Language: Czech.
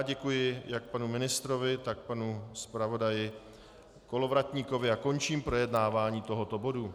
Děkuji jak panu ministrovi, tak panu zpravodaji Kolovratníkovi a končím projednávání tohoto bodu.